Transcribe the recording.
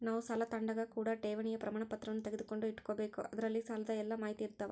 ನಾವು ಸಾಲ ತಾಂಡಾಗ ಕೂಡ ಠೇವಣಿಯ ಪ್ರಮಾಣಪತ್ರವನ್ನ ತೆಗೆದುಕೊಂಡು ಇಟ್ಟುಕೊಬೆಕು ಅದರಲ್ಲಿ ಸಾಲದ ಎಲ್ಲ ಮಾಹಿತಿಯಿರ್ತವ